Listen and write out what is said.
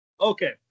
Okay